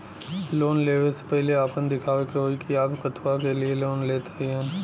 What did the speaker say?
Loan ले वे से पहिले आपन दिखावे के होई कि आप कथुआ के लिए लोन लेत हईन?